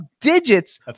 digits